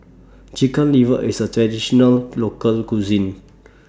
Chicken Liver IS A Traditional Local Cuisine